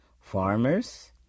farmers